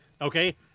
Okay